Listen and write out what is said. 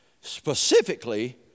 Specifically